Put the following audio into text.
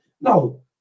No